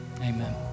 amen